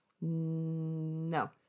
No